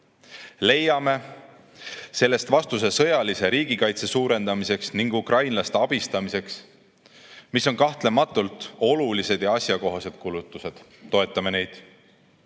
sellest vastuse sõjalise riigikaitse suurendamiseks ning ukrainlaste abistamiseks. Need on kahtlemata olulised ja asjakohased kulutused, me toetame neid.